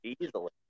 Easily